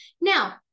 Now